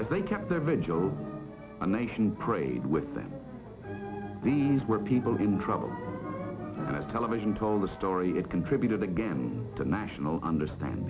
as they kept their vigil a nation prayed with them were people in trouble and a television told the story it contributed again to national understand